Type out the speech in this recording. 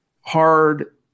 hard